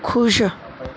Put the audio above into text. ਖੁਸ਼